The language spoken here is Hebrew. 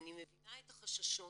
אני מבינה את החששות,